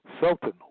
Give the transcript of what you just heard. Sultan